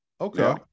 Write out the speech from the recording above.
Okay